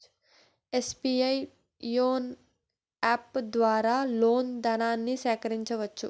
SBI YONO app ద్వారా loan ధనాన్ని సేకరించవచ్చు